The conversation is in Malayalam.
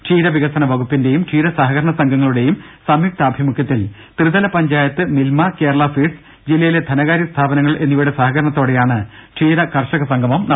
ക്ഷീരവികസന വകുപ്പിന്റെയും ക്ഷീര സഹകരണ സംഘങ്ങളുടെയും സംയുക്താഭിമുഖ്യത്തിൽ ത്രിതല പഞ്ചായത്ത് മിൽമ കേരള ഫീഡ്സ് ജില്ലയിലെ ധനകാര്യ സ്ഥാപനങ്ങൾ എന്നിവയുടെ സഹകരണത്തോടെയാണ് ക്ഷീര കർഷക സംഗമം നടത്തുന്നത്